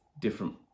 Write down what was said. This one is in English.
different